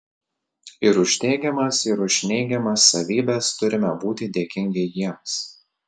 ir už teigiamas ir už neigiamas savybes turime būti dėkingi jiems